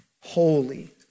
holy